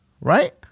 right